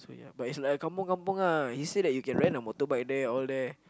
so but it's like a kampung kampung ah he say that you can rent a motorbike there all there